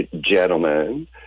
gentlemen